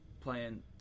playing